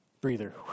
Breather